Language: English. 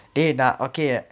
dey நா:naa okay